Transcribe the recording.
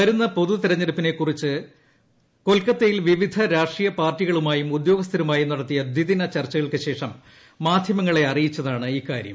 വരുന്ന പൊതുതെരഞ്ഞെടുപ്പിനെ കുറിച്ച് കൊൽക്കത്തയിൽ വിവിധ രാഷ്ട്രീയപാർട്ടികളുമായും ഉദ്യോഗസ്ഥരുമായും നടത്തിയ ദ്വിദിന ചർച്ചകൾക്കു ശേഷം മാധ്യമങ്ങളെ അറിയിച്ചതാണ് ഇക്കാര്യം